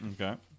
Okay